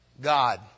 God